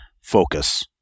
focus